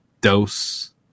Dose